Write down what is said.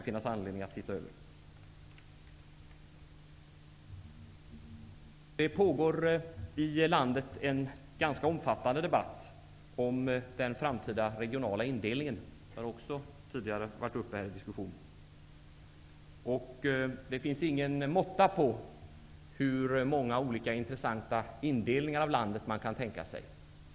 I landet pågår en ganska omfattande debatt om den framtida regionala indelningen. Det finns ingen måtta på hur många olika intressanta indelningar av landet som man kan tänka sig.